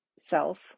self